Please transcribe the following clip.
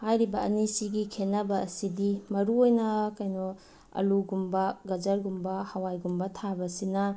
ꯍꯥꯏꯔꯤꯕ ꯑꯅꯤꯁꯤꯒꯤ ꯈꯦꯠꯅꯕ ꯑꯁꯤꯗꯤ ꯃꯔꯨ ꯑꯣꯏꯅ ꯀꯩꯅꯣ ꯑꯂꯨꯒꯨꯝꯕ ꯒꯖꯔꯒꯨꯝꯕ ꯍꯋꯥꯏꯒꯨꯝꯕ ꯊꯥꯕꯁꯤꯅ